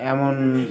এমন